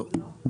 לא.